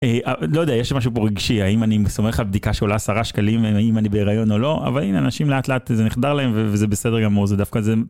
לא יודע, יש משהו פה רגשי, האם אני סומך על בדיקה שעולה 10 שקלים, האם אני בהיריון או לא, אבל הנה, אנשים לאט לאט זה נחדר להם וזה בסדר גמור, זה דווקא זה...